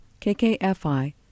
KKFI